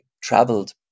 traveled